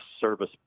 service